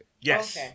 Yes